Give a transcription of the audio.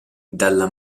dalla